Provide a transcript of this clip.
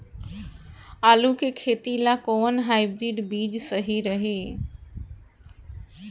आलू के खेती ला कोवन हाइब्रिड बीज सही रही?